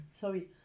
Sorry